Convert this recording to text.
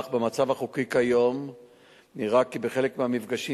אך במצב החוקי כיום נראה כי בחלק מהמפגשים